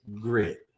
grit